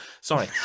sorry